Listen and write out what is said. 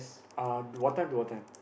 uh to what time to what time